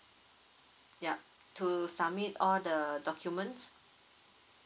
yup to submit all the documents